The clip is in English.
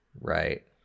Right